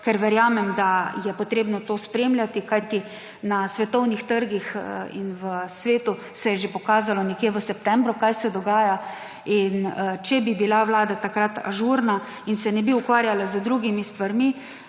ker verjamem, da je treba to spremljati. Na svetovnih trgih in v svetu se je že pokazalo nekje v septembru, kaj se dogaja. Če bi bila vlada takrat ažurna in se ne bi ukvarjala z drugimi stvarmi,